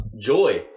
joy